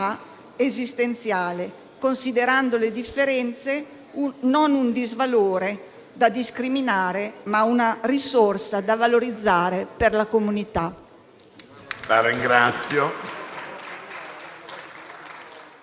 esistenziale, considerando le differenze non un disvalore da discriminare ma una risorsa da valorizzare per la comunità.